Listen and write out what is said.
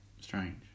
strange